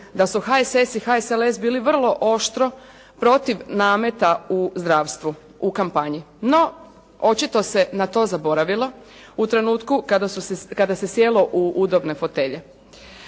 da su HSS i HSLS bili vrlo oštro protiv nameta u zdravstvu u kampanji. No, očito se na to zaboravilo u trenutku kada se sjelo u udobne fotelje.